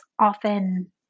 often